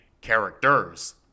characters